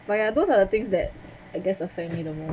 but ya those are the things that I guess offend me no more